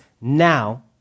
now